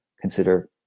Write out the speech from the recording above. consider